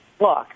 look